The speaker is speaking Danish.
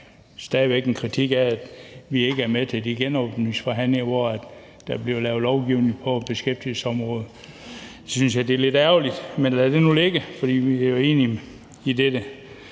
rette en kritik imod, at vi ikke er med til de genåbningsforhandlinger, hvor der bliver lavet lovgivning på beskæftigelsesområdet. Jeg synes, det er lidt ærgerligt, men lad det nu ligge, for vi er jo enige om det,